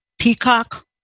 peacock